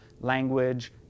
language